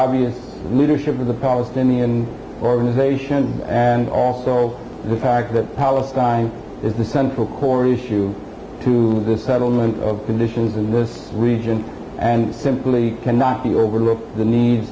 obvious leadership of the palestinian organizations and also the fact that palestine is the central core issue to the settlement of conditions in this region and simply cannot be overlooked the nee